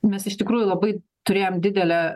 mes iš tikrųjų labai turėjom didelę